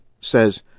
says